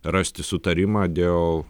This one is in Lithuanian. rasti sutarimą dėl